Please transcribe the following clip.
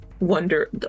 wonder